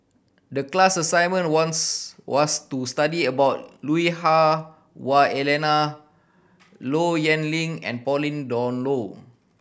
the class assignment wants was to study about Lui Hah Wah Elena Low Yen Ling and Pauline Dawn Loh